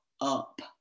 up